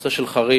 הנושא של חריש,